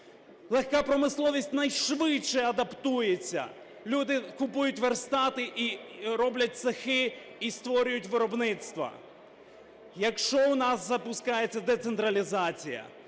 Легка промисловість найшвидше адаптується. Люди купують верстати і роблять цехи і створюють виробництва. Якщо у нас запускається децентралізація,